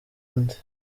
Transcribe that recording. undi